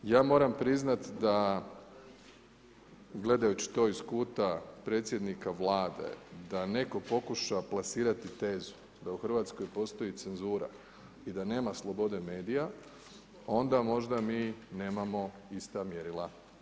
Ja moram priznat da gledajući to iz kuta predsjednika Vlade da neko pokuša plasirati tezu da u Hrvatskoj postoji cenzura i da nema slobode medija, onda možda mi nemamo ista mjerila.